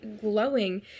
glowing